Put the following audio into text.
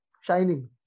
Shining